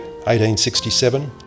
1867